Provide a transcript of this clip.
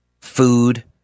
food